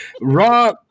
Raw